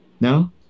No